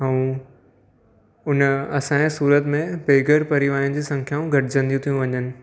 ऐं हुन असांजे सूरत में बेघर परिवारन जी संख्याऊं घटिजंदियूं थी वञनि